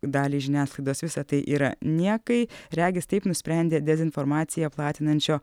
daliai žiniasklaidos visa tai yra niekai regis taip nusprendė dezinformaciją platinančio